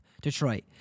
Detroit